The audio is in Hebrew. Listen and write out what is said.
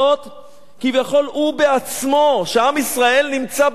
כביכול הוא בעצמו, כשעם ישראל נמצא בצרה,